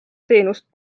teenust